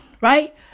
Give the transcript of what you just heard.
right